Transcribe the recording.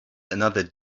another